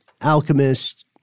alchemist